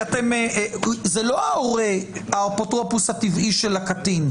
זה לא ההורה האפוטרופוס הטבעי של הקטין,